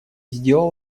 сделал